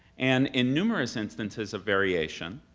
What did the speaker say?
and in numerous instances of variation,